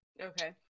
Okay